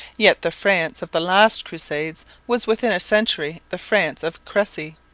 yet the france of the last crusades was within a century the france of crecy,